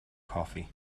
coffee